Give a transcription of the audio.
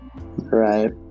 Right